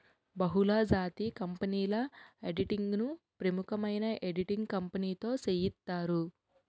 బహుళజాతి కంపెనీల ఆడిటింగ్ ను ప్రముఖమైన ఆడిటింగ్ కంపెనీతో సేయిత్తారు